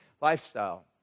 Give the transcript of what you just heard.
lifestyle